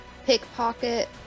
pickpocket